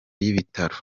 y’ibitaro